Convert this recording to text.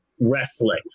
wrestling